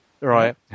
Right